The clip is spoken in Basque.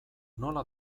nola